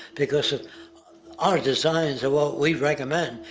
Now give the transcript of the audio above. because of our designs of what we've recommend.